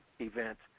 events